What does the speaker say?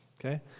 okay